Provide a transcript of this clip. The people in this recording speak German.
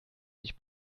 sich